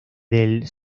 del